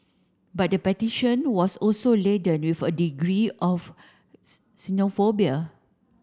but the petition was also laden with a degree of xenophobia